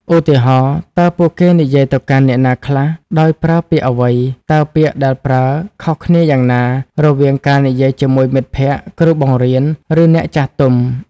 ឧទាហរណ៍ តើពួកគេនិយាយទៅកាន់អ្នកណាខ្លះ ដោយប្រើពាក្យអ្វី? តើពាក្យដែលប្រើខុសគ្នាយ៉ាងណា រវាងការនិយាយជាមួយមិត្តភក្ដិ គ្រូបង្រៀន ឬអ្នកចាស់ទុំ?